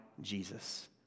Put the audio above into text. Jesus